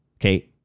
Okay